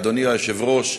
אדוני היושב-ראש.